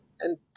And-